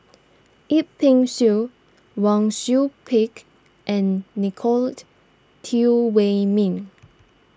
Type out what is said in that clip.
Yip Pin Xiu Wang Sui Pick and Nicolette Teo Wei Min